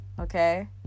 okay